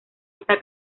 esta